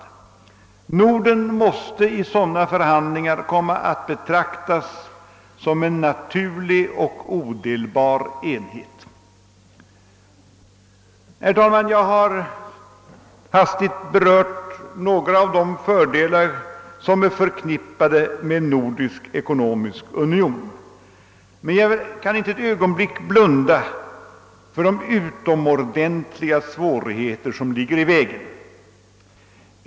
Norden måste i sådana förhandlingar komma att betraktas som en naturlig och odelbar enhet. Herr talman! Jag har hastigt berört några av de fördelar som är förknippade med en nordisk ekonomisk union. Men jag blundar inte ett ögonblick för de utomordentliga svårigheter som ligger i vägen.